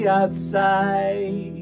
outside